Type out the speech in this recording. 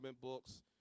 books